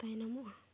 ᱛᱟᱭᱱᱚᱢᱚᱜᱼᱟ